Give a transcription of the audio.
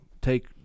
Take